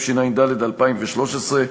התשע"ד 2013,